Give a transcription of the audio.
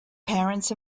parents